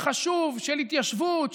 החשוב של התיישבות,